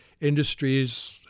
industries